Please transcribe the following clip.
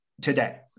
Today